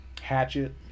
Hatchet